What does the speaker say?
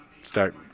start